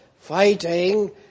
fighting